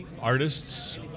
artists